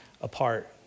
apart